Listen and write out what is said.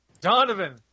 Donovan